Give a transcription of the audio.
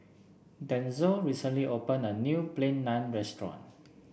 Denzel recently opened a new Plain Naan Restaurant